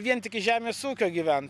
vien tik iš žemės ūkio gyvent